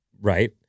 right